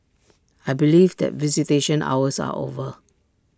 I believe that visitation hours are over